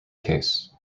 case